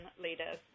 leaders